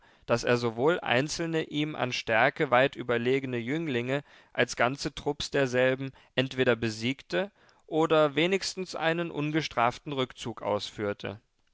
daß er sowohl einzelne ihm an stärke weit überlegene jünglinge als ganze trupps derselben entweder besiegte oder wenigstens einen ungestraften rückzug ausführte